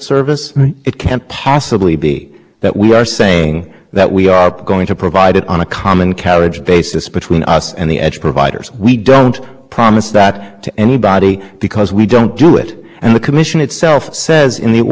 no record evidence to suggest that that promise has been made they've just deemed there to be a promise because they want to be able to apply title two to these interconnection arrangements without reclassifying them and